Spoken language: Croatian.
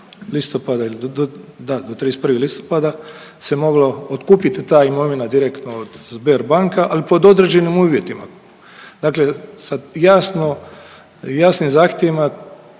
listopada ili do, da 31. listopada se moglo otkupit ta imovina direktno od Sberbanka ali pod određenim uvjetima. Dakle, sad jasno, jasnim zahtjevima